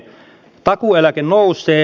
takuueläke nousee